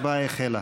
תודה, עיסאווי.)